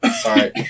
Sorry